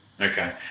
okay